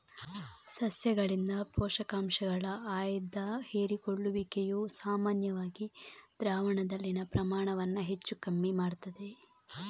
ಸಸ್ಯಗಳಿಂದ ಪೋಷಕಾಂಶಗಳ ಆಯ್ದ ಹೀರಿಕೊಳ್ಳುವಿಕೆಯು ಸಾಮಾನ್ಯವಾಗಿ ದ್ರಾವಣದಲ್ಲಿನ ಪ್ರಮಾಣವನ್ನ ಹೆಚ್ಚು ಕಮ್ಮಿ ಮಾಡ್ತದೆ